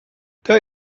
der